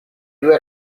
due